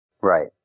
Right